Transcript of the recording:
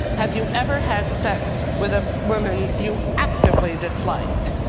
have you ever had sex with a woman you actively disliked?